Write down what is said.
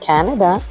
Canada